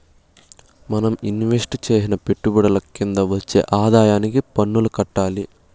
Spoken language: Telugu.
మనం ఇన్వెస్టు చేసిన పెట్టుబడుల కింద వచ్చే ఆదాయానికి పన్నులు కట్టాలి